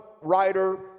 writer